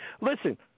Listen